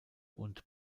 und